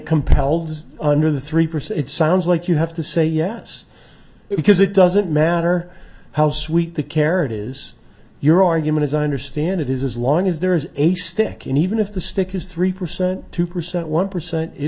compelled under the three percent it sounds like you have to say yes because it doesn't matter how sweet the carrot is your argument as i understand it is as long as there is a stick and even if the stick is three percent two percent one percent it